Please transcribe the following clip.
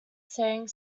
saying